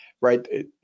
right